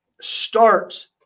starts